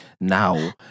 now